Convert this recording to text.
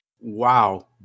wow